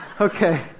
okay